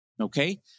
Okay